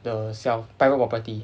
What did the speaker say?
the self private property